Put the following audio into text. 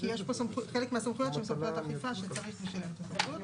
כי חלק מהסמכויות הן סמכויות אכיפה שצריך בשבילם את השר לבטחון הפנים,